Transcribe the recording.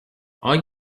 are